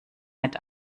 mit